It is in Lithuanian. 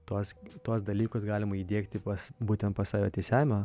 tuos tuos dalykus galima įdiegti pas būtent pas save teisėjavime